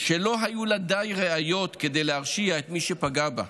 שלא היו לה די ראיות כדי להרשיע את מי שפגע בה,